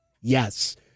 yes